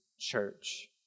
church